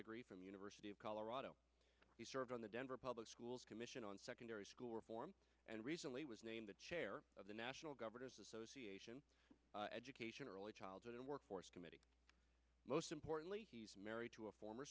degree from the university of colorado he serves on the denver public schools commission on secondary school reform and recently was named the chair of the national governors association education early childhood and workforce committee most importantly married to a former